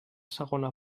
segona